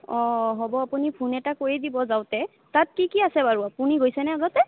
অঁ হ'ব আপুনি ফোন এটা কৰি দিব যাওঁতে তাত কি কি আছে বাৰু আপুনি গৈছেনে আগতে